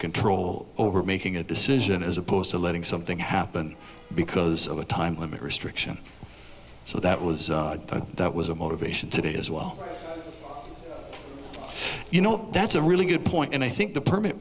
control over making a decision as opposed to letting something happen because of a time limit restriction so that was that was a motivation today as well you know that's a really good point and i think the permit